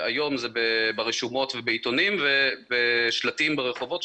היום זה ברשומות ובעיתונים ובשלטים ברחובות,